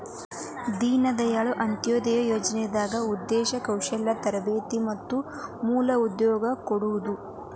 ದೇನ ದಾಯಾಳ್ ಅಂತ್ಯೊದಯ ಯೋಜನಾದ್ ಉದ್ದೇಶ ಕೌಶಲ್ಯ ತರಬೇತಿ ಮತ್ತ ಮೂಲ ಉದ್ಯೋಗ ಕೊಡೋದು